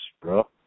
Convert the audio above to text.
bro